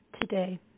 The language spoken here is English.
today